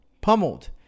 pummeled